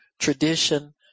tradition